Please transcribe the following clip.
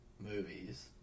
movies